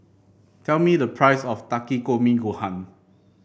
tell me the price of Takikomi Gohan